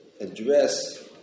address